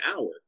hour